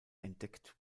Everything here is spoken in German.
entdeckt